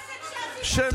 את רצית ללכת, החוצה.